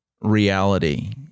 reality